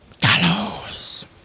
Gallows